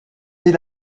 dès